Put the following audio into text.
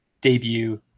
debut